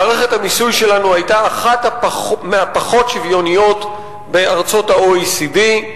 מערכת המיסוי שלנו היתה אחת מהפחות שוויוניות בארצות ה-OECD.